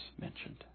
mentioned